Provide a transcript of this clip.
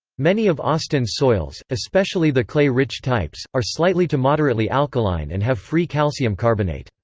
many of austin's soils, especially the clay-rich types, are slightly to moderately alkaline and have free calcium carbonate.